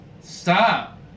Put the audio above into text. stop